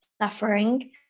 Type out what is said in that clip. suffering